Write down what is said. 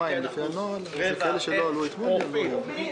יודע, אין לי תשובה לשאלה הזאת.